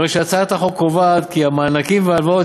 הרי שהצעת החוק קובעת כי המענקים וההלוואות